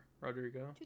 Rodrigo